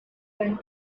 went